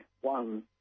one